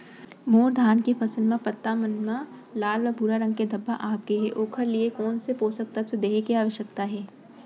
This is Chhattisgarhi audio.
मोर धान के फसल म पत्ता मन म लाल व भूरा रंग के धब्बा आप गए हे ओखर लिए कोन स पोसक तत्व देहे के आवश्यकता हे?